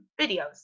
videos